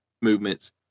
movements